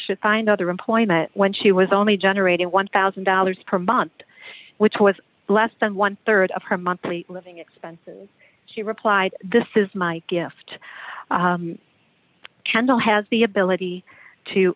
should find other employment when she was only generating one thousand dollars per month which was less than one rd of her monthly living expenses she replied this is my gift kendall has the ability to